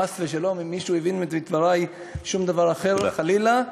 חס ושלום אם מישהו הבין מדברי שום דבר אחר, חלילה.